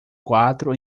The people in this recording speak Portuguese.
quatro